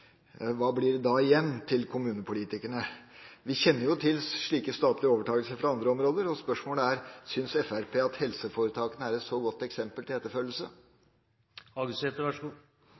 Hva blir det da igjen til kommunepolitikerne? Vi kjenner til slike statlige overtakelser fra andre områder, og spørsmålet er: Synes Fremskrittspartiet at helseforetakene er et godt eksempel til